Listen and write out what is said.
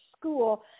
school